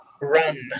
Run